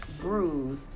bruised